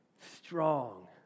strong